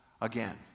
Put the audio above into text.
again